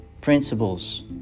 principles